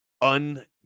un